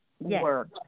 work